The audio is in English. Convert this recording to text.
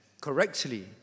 correctly